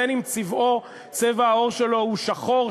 בין אם צבע העור שלו הוא שחור,